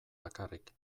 bakarrik